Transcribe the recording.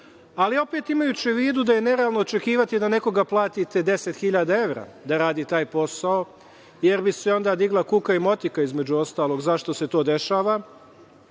Opet, imajući u vidu da je nerealno očekivati da nekoga platite 10.000 evra da radi taj posao jer bi se onda digla kuka i motika, između ostalog, zašto se to dešava,